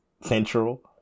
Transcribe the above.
Central